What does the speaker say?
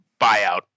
buyout